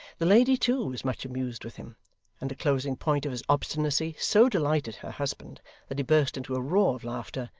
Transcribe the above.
the lady too, was much amused with him and the closing point of his obstinacy so delighted her husband that he burst into a roar of laughter,